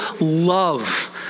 love